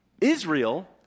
Israel